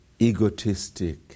egotistic